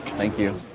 thank you.